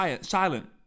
silent